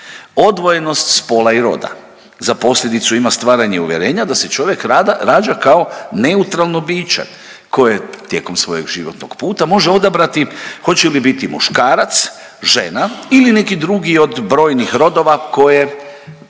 Odvojenost spola i roda za posljedicu ima stvaranje uvjerenja da se čovjek rađa kao neutralno biće koje tijekom svojeg životnog puta može odabrati hoće li biti muškarac, žena ili neki drugi od brojnih rodova koje